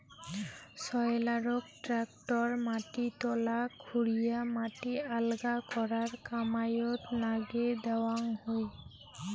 সয়েলারক tractor মাটি তলা খুরিয়া মাটি আলগা করার কামাইয়ত নাগে দ্যাওয়াং হই